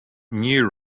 new